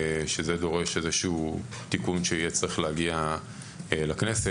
שדורשת איזשהו תיקון שצריך להגיע לכנסת,